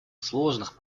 сложных